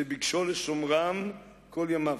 שביקשו לשומרן כל ימיו.